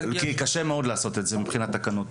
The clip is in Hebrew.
נכון, כי קשה מאוד לעשות זאת מבחינת תקנות.